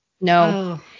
No